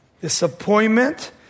Disappointment